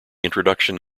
introduction